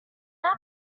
app